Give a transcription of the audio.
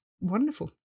wonderful